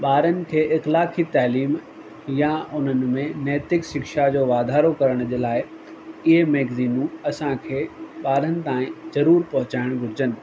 ॿारनि खे इकलाखी तहलीम या उन्हनि में नैतिक शिक्षा जो वाधारो करण जे लाइ इहे मैगज़ीनूं असांखे ॿारनि ताईं ज़रूर पहुचाइणु घुरिजनि